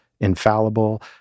infallible